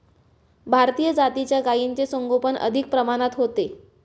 भारतीय जातीच्या गायींचे संगोपन अधिक प्रमाणात होते